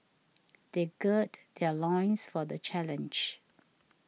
they gird their loins for the challenge